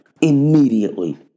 Immediately